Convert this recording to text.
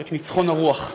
את ניצחון הרוח.